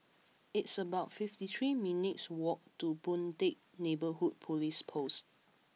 it's about fifty three minutes' walk to Boon Teck Neighbourhood Police Post